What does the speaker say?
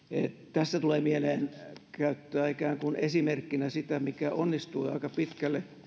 tässä tulee mieleen käyttää esimerkkinä sitä mikä onnistui aika pitkälle